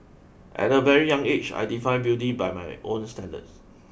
at a very young age I defined beauty by my own standards